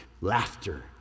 laughter